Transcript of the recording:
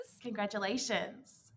congratulations